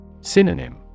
Synonym